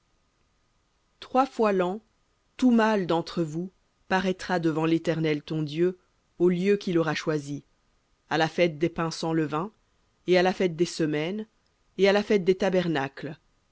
trois fois l'an tout mâle d'entre vous paraîtra devant l'éternel ton dieu au lieu qu'il aura choisi à la fête des pains sans levain et à la fête des semaines et à la fête des tabernacles